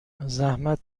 زحمت